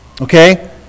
Okay